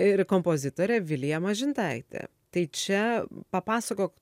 ir kompozitorė vilija mažintaitė tai čia papasakok